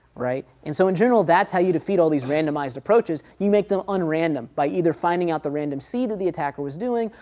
right. and so in general that's how you defeat all these randomized approaches. you make them unrandom, by either finding out the random seed that the attacker was doing,